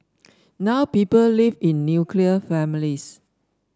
now people live in nuclear families